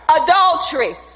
adultery